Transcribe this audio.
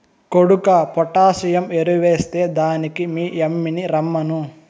కొడుకా పొటాసియం ఎరువెస్తే దానికి మీ యమ్మిని రమ్మను